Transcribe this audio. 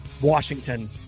Washington